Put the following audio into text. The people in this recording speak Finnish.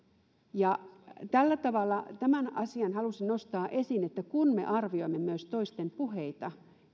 tällä tavalla tämän asian halusin nostaa esiin että kun me arvioimme myös toisten puheita